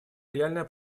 реальное